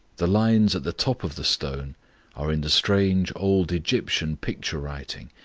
the lines at the top of the stone are in the strange old egyptian picture-writing,